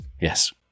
Yes